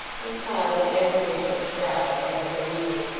and smiled in admiration of the crowd and of their leader.